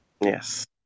yes